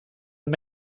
and